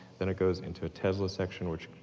then it goes into a tesla section, which